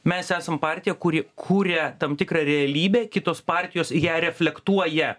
mes esam partija kuri kuria tam tikrą realybę kitos partijos ją reflektuoja